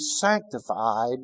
sanctified